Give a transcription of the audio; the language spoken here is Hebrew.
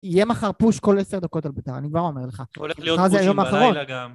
יהיה מחר פוש כל עשר דקות על ביטאי, אני כבר אומר לך. הולך להיות פוש עם בלילה גם.